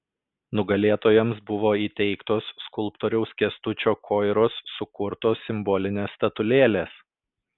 nugalėtojams buvo įteiktos skulptoriaus kęstučio koiros sukurtos simbolinės statulėlės